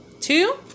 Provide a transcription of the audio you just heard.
Two